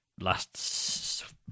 last